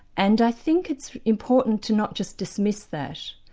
and i think it's important to not just dismiss that,